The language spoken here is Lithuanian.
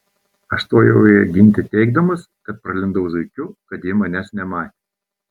aš stojau ją ginti teigdama kad pralindau zuikiu kad jį manęs nematė